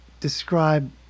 Describe